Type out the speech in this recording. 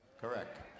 Correct